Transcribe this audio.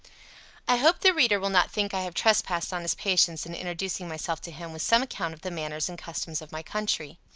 i hope the reader will not think i have trespassed on his patience in introducing myself to him with some account of the manners and customs of my country.